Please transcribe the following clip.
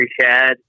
shad